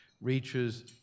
reaches